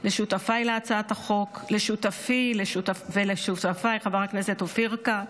לשותפיי להצעת החוק חבר הכנסת אופיר כץ,